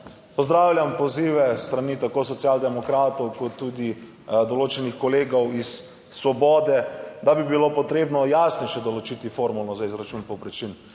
Pozdravljam pozive s strani tako Socialdemokratov kot tudi določenih kolegov iz Svobode, da bi bilo potrebno jasnejše določiti formulo za izračun povprečnin.